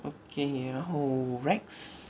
okay 然后 rex